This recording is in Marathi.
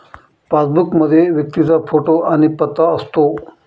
पासबुक मध्ये व्यक्तीचा फोटो आणि पत्ता असतो